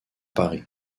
paris